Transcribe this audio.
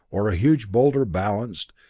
or a huge boulder, balanced,